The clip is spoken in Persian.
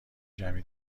جمعی